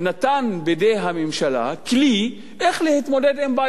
בידי הממשלה כלי איך להתמודד עם בעיות כאלו.